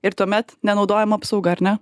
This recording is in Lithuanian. ir tuomet nenaudojama apsauga ar ne